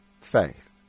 faith